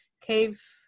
cave